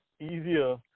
easier